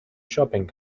shopping